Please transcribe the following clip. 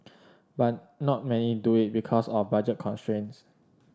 but not many do it because of budget constraints